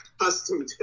custom